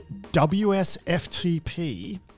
WSFTP